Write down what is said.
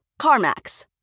CarMax